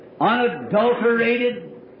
unadulterated